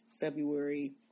February